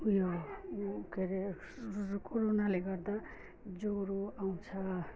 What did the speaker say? ऊ के हरे कोरोनाले गर्दा ज्वरो आउँछ